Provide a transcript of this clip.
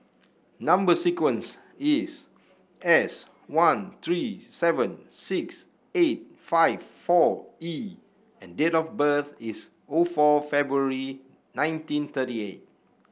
number sequence is S one three seven six eight five four E and date of birth is O four February nineteen thirty eight